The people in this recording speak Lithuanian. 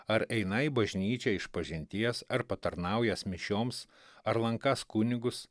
ar einą į bažnyčią išpažinties ar patarnaująs mišioms ar lankąs kunigus